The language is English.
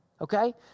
Okay